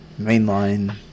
mainline